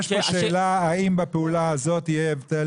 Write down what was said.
יש כאן שאלה האם בפעולה הזאת יהיה הבדל